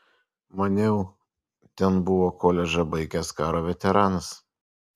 maniau ten buvo koledžą baigęs karo veteranas